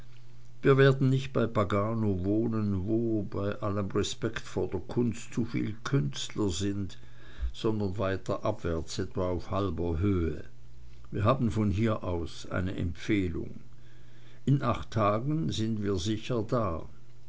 wir werden nicht bei pagano wohnen wo bei allem respekt vor der kunst zuviel künstler sind sondern weiter abwärts etwa auf halber höhe wir haben von hier aus eine empfehlung in acht tagen sind wir sicher da